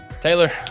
Taylor